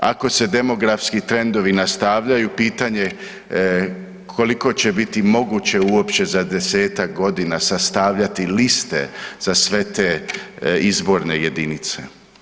Ako se demografski trendovi nastavljaju, pitanje je koliko će biti moguće uopće za desetak godina sastavljati liste za sve te izborne jedinice?